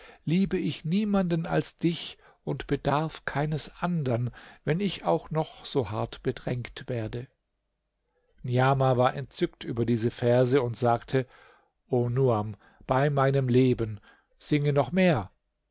liebe ich niemanden als dich und bedarf keines andern wenn ich auch noch so hart bedrängt werde niamah war entzückt über diese verse und sagte o nuam bei meinem leben singe noch mehr